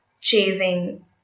chasing